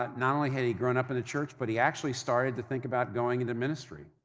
not not only had he grown up in the church but he actually started to think about going into ministry